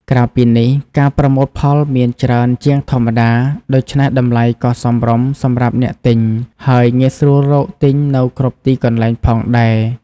ក្រៅពីនេះ ការប្រមូលផលមានច្រើនជាងធម្មតា ដូច្នេះតម្លៃក៏សមរម្យសម្រាប់អ្នកទិញ ហើយងាយស្រួលរកទិញនៅគ្រប់ទីកន្លែងផងដែរ។